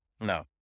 No